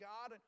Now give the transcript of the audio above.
God